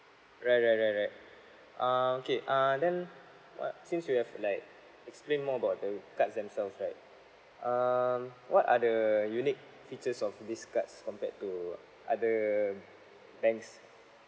right right right right um okay uh then what since you have like explained more about the cards themselves right um what are the unique features of these cards compared to other banks